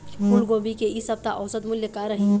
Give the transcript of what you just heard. फूलगोभी के इ सप्ता औसत मूल्य का रही?